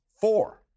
Four